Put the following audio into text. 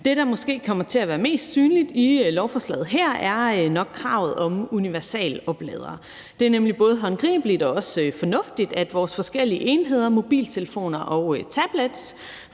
Det, der måske kommer til at være mest synligt i lovforslaget her, er nok kravet om universalopladere. Det er nemlig både håndgribeligt og også fornuftigt, at vores forskellige enheder, mobiltelefoner og tablets